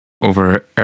over